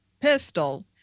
pistol